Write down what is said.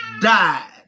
died